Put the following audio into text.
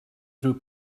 rhyw